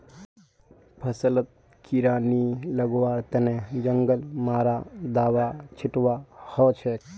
फसलत कीड़ा नी लगवार तने जंगल मारा दाबा छिटवा हछेक